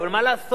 אבל מה לעשות,